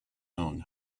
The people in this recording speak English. own